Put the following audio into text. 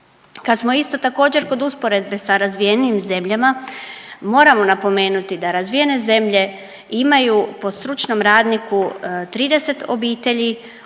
Kad smo isto također kod usporedbe sa razvijenijim zemljama moramo napomenuti da razvijene zemlje imaju po stručnom radniku 30 obitelji